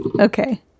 Okay